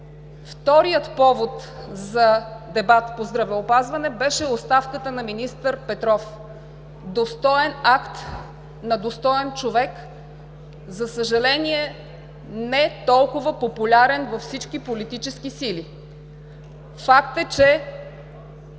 Вторият повод за дебата по здравеопазване беше оставката на министър Петров – достоен акт на достоен човек, за съжаление, не толкова популярен във всички политически сили. Факт е, че